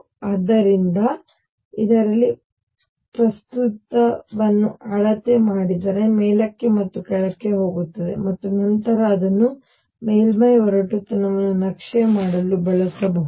ಆದ್ದರಿಂದ ಇದರಲ್ಲಿ ಪ್ರಸ್ತುತವನ್ನು ಅಳತೆ ಮಾಡಿದರೆ ಮೇಲಕ್ಕೆ ಮತ್ತು ಕೆಳಕ್ಕೆ ಹೋಗುತ್ತದೆ ಮತ್ತು ನಂತರ ಅದನ್ನು ಮೇಲ್ಮೈ ಒರಟುತನವನ್ನು ನಕ್ಷೆ ಮಾಡಲು ಬಳಸಬಹುದು